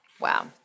Wow